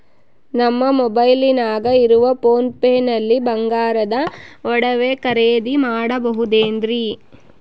ನಮ್ಮ ಮೊಬೈಲಿನಾಗ ಇರುವ ಪೋನ್ ಪೇ ನಲ್ಲಿ ಬಂಗಾರದ ಒಡವೆ ಖರೇದಿ ಮಾಡಬಹುದೇನ್ರಿ?